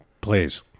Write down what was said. Please